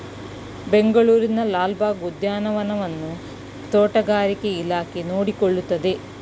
ಬೆಂಗಳೂರಿನ ಲಾಲ್ ಬಾಗ್ ಉದ್ಯಾನವನವನ್ನು ತೋಟಗಾರಿಕೆ ಇಲಾಖೆ ನೋಡಿಕೊಳ್ಳುತ್ತದೆ